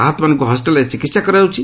ଆହତମାନଙ୍କ ହସ୍କିଟାଲ୍ରେ ଚିକିହା କରାଯାଉଛି